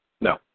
No